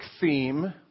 theme